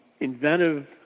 inventive